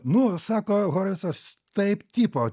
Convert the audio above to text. nu sako horovicas taip tipo